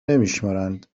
نمیشمرند